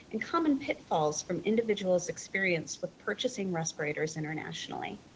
and common pitfalls from individuals' experience with purchasing respirators internationally.